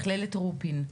מכללת רופין.